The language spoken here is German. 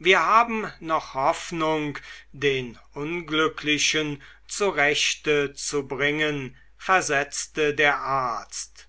wir haben noch hoffnung den unglücklichen zurechte zu bringen versetzte der arzt